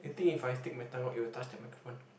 you think if I stick my tongue out it will touch the microphone